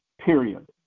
period